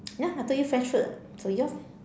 ya I told you French food [what] so yours